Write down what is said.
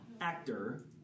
actor